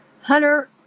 Hunter